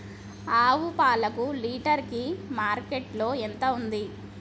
ఆవు పాలకు లీటర్ కి మార్కెట్ లో ఎంత ఉంది?